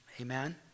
Amen